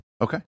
Okay